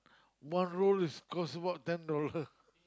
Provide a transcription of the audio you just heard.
one roll is cost what ten dollars